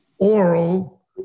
Oral